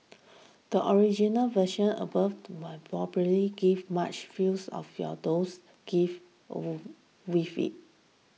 the original version above will probably give much feels of your those give or with it